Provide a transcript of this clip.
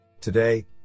Today